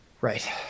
right